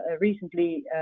recently